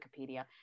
Wikipedia